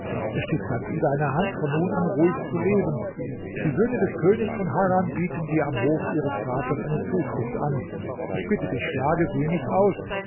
es steht ganz in deiner hand von nun an ruhig zu leben die söhne des königs von harran bieten dir am hof ihres vaters eine zuflucht an ich bitte dich schlage sie nicht aus